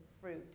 fruit